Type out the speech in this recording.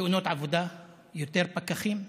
תאונות עבודה, יותר פקחים,